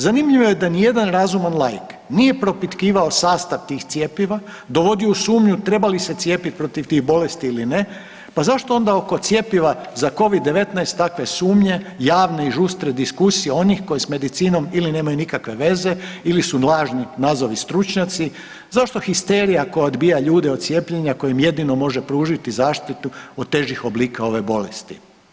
Zanimljivo je da nijedan razuman laik nije propitkivao sastav tih cjepiva, dovodio u sumnju treba li se cijepiti protiv tih bolesti ili ne, pa zašto onda oko cjepiva za Covid-19 takve sumnje, javne i žustre diskusije onih koji s medicinom ili nemaju nikakve veze ili su lažni, nazovi stručnjaci, zašto histerija koja odbija ljude od cijepljenja koje im jedino može pružiti zaštitu od težih oblika ove bolesti.